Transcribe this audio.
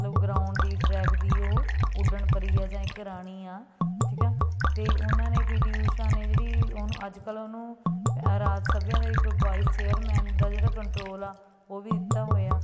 ਮਤਲਬ ਗਰਾਉਂਡ ਦੀ ਟਰੈਕ ਦੀ ਉਹ ਉੱਡਣ ਪਰੀ ਆ ਜਾਂ ਇੱਕ ਰਾਣੀ ਆ ਠੀਕ ਆ ਅਤੇ ਉਹਨਾਂ ਨੇ ਪੀ ਟੀ ਊਸ਼ਾ ਨੇ ਜਿਹੜੀ ਉਹਨੂੰ ਅੱਜ ਕੱਲ੍ਹ ਉਹਨੂੰ ਰਾਜ ਸਭਿਆ ਦਾ ਇੱਕ ਵੋਇਸ ਚੇਅਰਮੈਨ ਦਾ ਜਿਹੜਾ ਕੰਟਰੋਲ ਆ ਉਹ ਵੀ ਦਿੱਤਾ ਹੋਇਆ